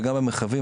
וגם המרחבים,